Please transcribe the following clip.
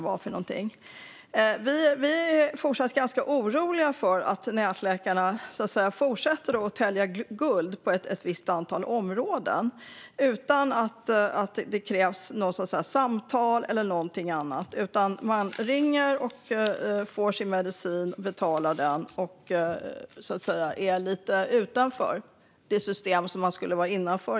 Vänsterpartiet är ganska oroliga för att nätläkarna fortsätter att tälja guld på ett antal områden. Det krävs varken samtal eller någonting annat, utan en patient kan ringa, få medicin utskriven och betala den utanför det system man egentligen skulle vara innanför.